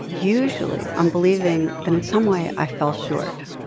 usually, i'm believing that in some way i fell short.